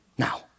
Now